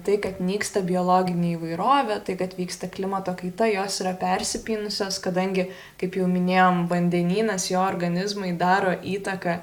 tai kad nyksta biologinė įvairovė tai kad vyksta klimato kaita jos yra persipynusios kadangi kaip jau minėjom vandenynas jo organizmai daro įtaką